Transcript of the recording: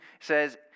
says